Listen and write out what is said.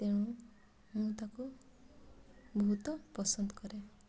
ତେଣୁ ମୁଁ ତାକୁ ବହୁତ ପସନ୍ଦ କରେ